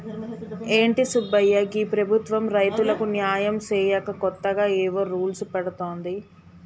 ఏంటి సుబ్బయ్య గీ ప్రభుత్వం రైతులకు న్యాయం సేయక కొత్తగా ఏవో రూల్స్ పెడుతోంది